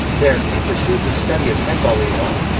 there, he pursued the study of hanbali law.